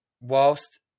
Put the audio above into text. whilst